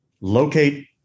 locate